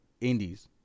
indies